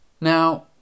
Now